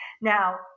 Now